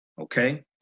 Okay